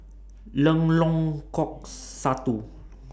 Lengkong Satu